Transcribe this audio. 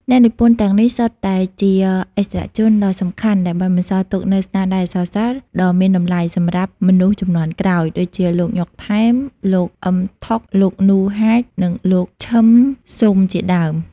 អ្នកនិពន្ធទាំងនេះសុទ្ធតែជាឥស្សរជនដ៏សំខាន់ដែលបានបន្សល់ទុកនូវស្នាដៃអក្សរសិល្ប៍ដ៏មានតម្លៃសម្រាប់មនុស្សជំនាន់ក្រោយ ដូចជា លោកញ៉ុក ថែម លោកអ៊ឹម ថុក លោកនូ ហាច និងលោកឈឹម ស៊ុម ជាដើម ។